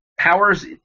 Powers